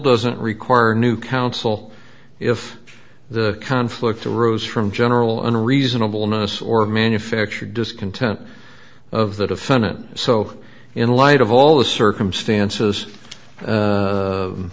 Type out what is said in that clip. doesn't require new counsel if the conflict arose from general a reasonable notice or manufactured discontent of the defendant so in light of all the circumstances